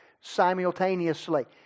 simultaneously